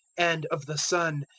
and of the son,